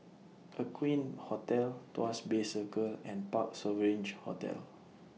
Aqueen Hotel Tuas Bay Circle and Parc Sovereign Hotel